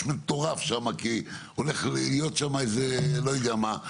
מטורף שם כי הולך להיות שם לא יודע מה,